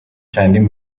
چندین